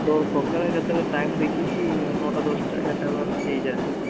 ହଉ ସକାଳେ କେତେବେଳେ ଟାଇମ୍ ଦେଖିକି ନଅଟା ଦଶଟା ଏଗାରଟା ବେଳକୁ ଆସିକି ନେଇ ଚାଲିଯିବ